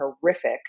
horrific